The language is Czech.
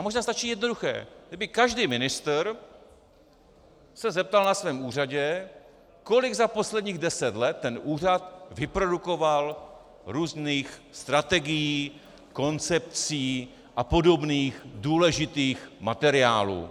Možná stačí jednoduché: kdyby se každý ministr zeptal na svém úřadě, kolik za posledních deset let ten úřad vyprodukoval různých strategií, koncepcí a podobných důležitých materiálů.